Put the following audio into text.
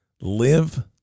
live